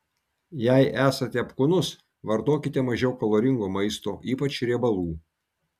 jei esate apkūnus vartokite mažiau kaloringo maisto ypač riebalų